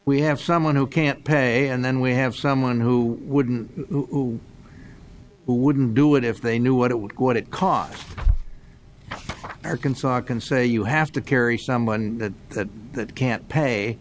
we have someone who can't pay and then we have someone who wouldn't who wouldn't do it if they knew what it would what it cost arkansas can say you have to carry someone that that can't pay